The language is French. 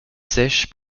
sèches